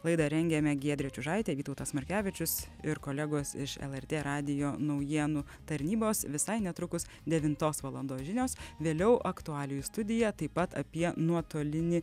laidą rengėme giedrė čiužaitė vytautas markevičius ir kolegos iš lrt radijo naujienų tarnybos visai netrukus devintos valandos žinios vėliau aktualijų studija taip pat apie nuotolinį